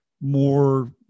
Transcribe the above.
more